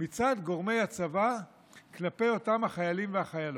מצד גורמי הצבא כלפי אותם חיילים וחיילות.